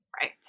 Right